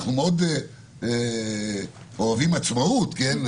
אנחנו מאוד אוהבים עצמאות, כן?